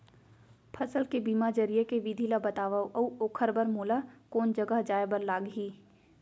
फसल के बीमा जरिए के विधि ला बतावव अऊ ओखर बर मोला कोन जगह जाए बर लागही?